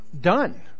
done